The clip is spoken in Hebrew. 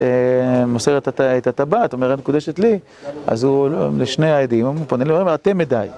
מוסר את את הטבעת, אומר: את מקודשת לי, אז הוא, לשני העדים, הוא פונה, הוא אומר, אתם עדיי.